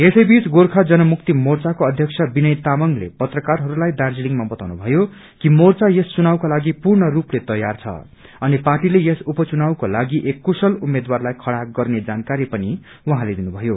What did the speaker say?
यसैबीच जनमुक्ति मोर्चाको अध्यक्ष विनय तामंगले पत्राकारहरूलाई दार्जीलिङमा बताउनुभयो कि मोर्चा यसवुनावको लागि पूर्णसूपले तयार छ अनि पार्टीले यस उन चुनावको लागि कुशल उम्मेद्वारलाई खड़ा गरिने जानकारी पनि उहाँले दिनुभयो